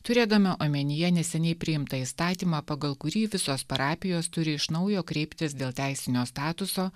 turėdama omenyje neseniai priimtą įstatymą pagal kurį visos parapijos turi iš naujo kreiptis dėl teisinio statuso